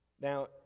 Now